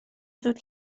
زود